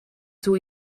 toe